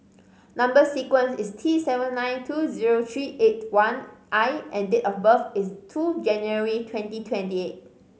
number sequence is T seven nine two zero three eight one I and date of birth is two January twenty twenty eight